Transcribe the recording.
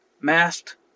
Masked